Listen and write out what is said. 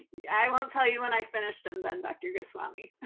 yeah i won't tell you when i finished them then, dr. goswami.